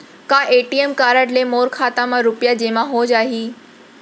का ATM card ले मोर खाता म रुपिया जेमा हो जाही?